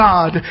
God